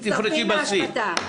מצטרפים להשבתה.